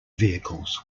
vehicles